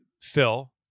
Phil